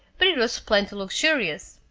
but it was plenty luxurious.